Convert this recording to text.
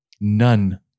none